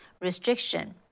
restriction